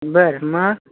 बर मग